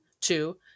two